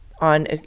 on